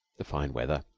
the fine weather,